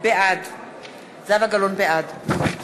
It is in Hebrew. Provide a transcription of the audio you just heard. בעד